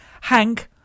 Hank